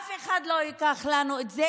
אף אחד לא ייקח לנו את זה.